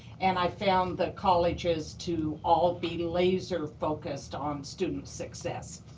and i found the colleges to all be laser focused on student success.